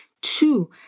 Two